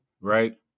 right